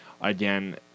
again